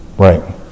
Right